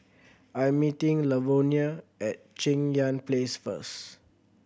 I am meeting Lavonia at Cheng Yan Place first